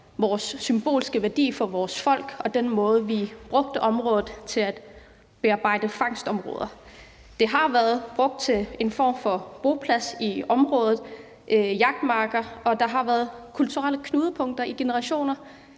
har en symbolsk værdi for vores folk og den måde, vi brugte området til at bearbejde fangstområder. Det har været brugt til en form for boplads i området og til jagtmarker, og der har været kulturelle knudepunkter i generationer.